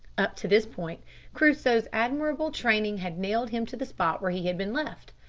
up to this point crusoe's admirable training had nailed him to the spot where he had been left,